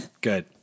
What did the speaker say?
Good